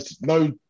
no